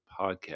Podcast